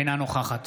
אינה נוכחת